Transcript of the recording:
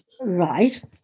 right